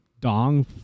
dong